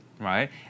right